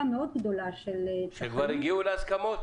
מאוד גדולה של --- הם כבר הגיעו להסכמות?